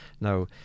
Now